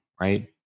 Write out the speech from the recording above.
Right